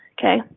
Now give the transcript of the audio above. okay